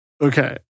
Okay